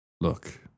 Look